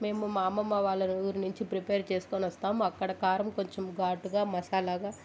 మేము మా అమ్మమ్మ వాళ్ళ ఊరు నుంచి ప్రిపేర్ చేసుకొని వస్తాం అక్కడ కారం కొంచెం ఘాటుగా మసాలాగా